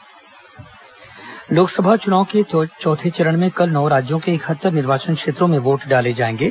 लोकसभा निर्वाचन लोकसभा चुनाव के चौथे चरण में कल नौ राज्यों के इकहत्तर निर्वाचन क्षेत्रों में वोट डाले जाएंगे